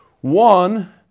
One